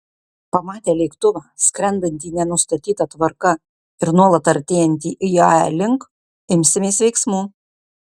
pamatę lėktuvą skrendantį ne nustatyta tvarka ir nuolat artėjantį iae link imsimės veiksmų